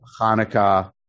Hanukkah